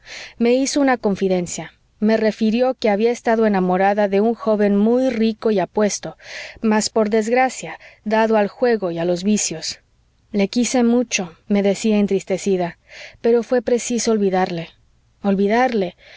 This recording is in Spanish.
me hizo una confidencia me refirió que había estado enamorada de un joven muy rico y apuesto mas por desgracia dado al juego y a los vicios le quise mucho me decía entristecida pero fué preciso olvidarle olvidarle